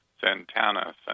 Santana